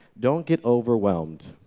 don't get overwhelmed.